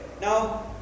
Now